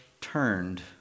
turned